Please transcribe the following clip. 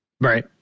Right